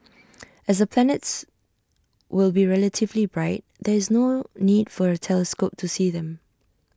as the planets will be relatively bright there is no need for A telescope to see them